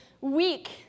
week